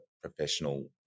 professional